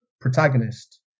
protagonist